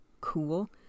Cool